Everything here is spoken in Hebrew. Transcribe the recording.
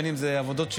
בין אם זה עבודות שירות,